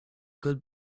good